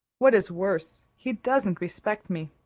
what is worse, he doesn't respect me.